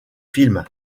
films